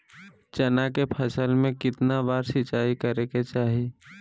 चना के फसल में कितना बार सिंचाई करें के चाहि?